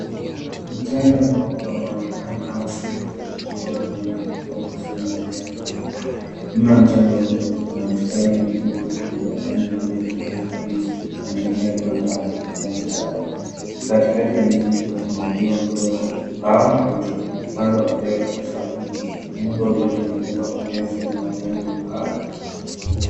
Mchanga mweupe unaonekana kama sehemu ya ufukwe au eneo lenye udongo. Nyuma ya mchanga huo kuna mistari ya miti mirefu yenye majani mengi ya kijani kibichi na mengine yakiwa na rangi ya kijani njano. Katikati ya miti hio kuna uzio wa nguzo za mbao au chuma. Upande wa kulia kabisa kuna muundo uliotengenezwa kwa nyasi ya majani makavu.